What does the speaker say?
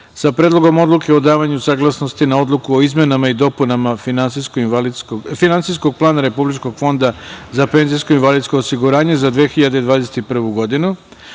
sa Predlogom odluke o davanju saglasnosti na Odluku o izmenama i dopunama Finansijskog plana Republičkog fonda za penzijsko-invalidsko osiguranje za 2021. godinu,